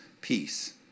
peace